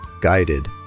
guided